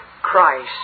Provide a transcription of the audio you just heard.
Christ